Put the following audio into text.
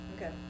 Okay